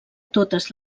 totes